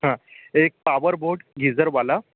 हाँ एक power board geyser वाला